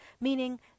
Meaning